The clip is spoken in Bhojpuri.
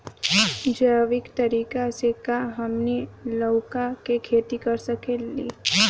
जैविक तरीका से का हमनी लउका के खेती कर सकीला?